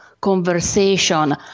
conversation